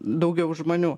daugiau žmonių